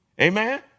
amen